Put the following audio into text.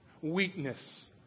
Weakness